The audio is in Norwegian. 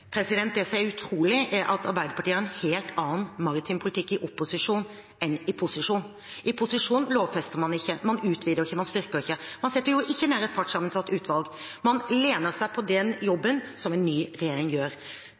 Det som er utrolig, er at Arbeiderpartiet har en helt annen maritim politikk i opposisjon enn i posisjon – i posisjon lovfester man ikke, man utvider ikke, man styrker ikke. Man setter jo ikke ned et partssammensatt utvalg, man lener seg på den jobben som en ny regjering gjør.